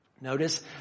Notice